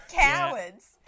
Cowards